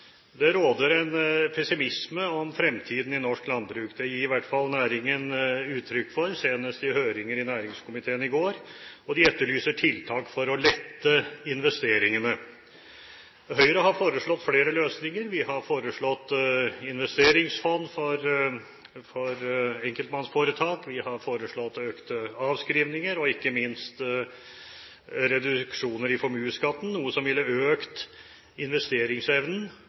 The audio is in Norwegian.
Det råder en pessimisme om fremtiden i norsk landbruk. Det gir i hvert fall næringen uttrykk for, senest i høring i næringskomiteen i går. De etterlyser tiltak for å lette investeringene. Høyre har foreslått flere løsninger. Vi har foreslått investeringsfond for enkeltmannsforetak. Vi har foreslått økte avskrivninger, og ikke minst reduksjoner i formuesskatten, noe som ville økt investeringsevnen